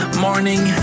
morning